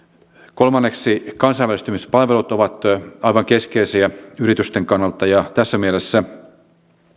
kolmanneksi kansainvälistymispalvelut ovat aivan keskeisiä yritysten kannalta ja tässä mielessä